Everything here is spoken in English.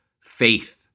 faith